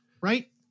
right